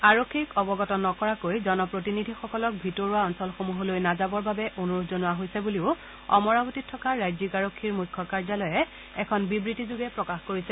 আৰক্ষীক অৱগত নকৰাকৈ জনপ্ৰতিনিধিসকলক ভিতৰুৱা অঞ্চলসমূহলৈ নাযাবৰ বাবে অনুৰোধ জনোৱা হৈছে বুলিও অমৰাৱতীত থকা ৰাজ্যিক আৰক্ষীৰ মুখ্য কাৰ্যালয়ে এখন বিবৃতিযোগে প্ৰকাশ কৰিছে